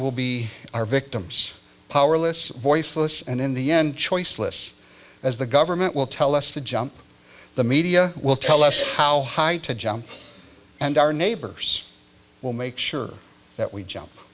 will be are victims powerless voiceless and in the end choiceless as the government will tell us to jump the media will tell us how high to jump and our neighbors will make sure that we jump